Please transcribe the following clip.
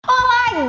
i